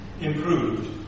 improved